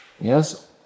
Yes